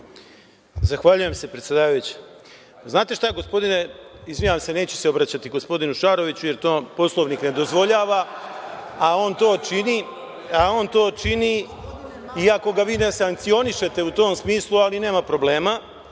Zahvaljujem se, predsedavajuća. Znate šta, gospodine, izvinjavam se, neću se obraćati gospodinu Šaroviću, jer to Poslovnik ne dozvoljava, a on to čini, iako ga vi ne sankcionišete u tom smislu, ali nema problema.